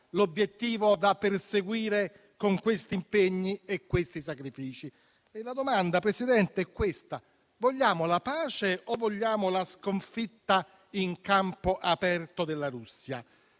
l'obiettivo da perseguire con questi impegni e sacrifici. La domanda, Presidente, è questa: vogliamo la pace o vogliamo la sconfitta in campo aperto della Russia?